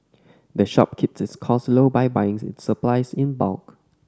the shop keeps its cost low by buying its supplies in bulk